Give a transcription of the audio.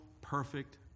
perfect